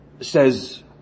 says